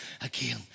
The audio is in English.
again